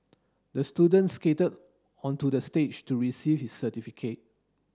the student skated onto the stage to receive his certificate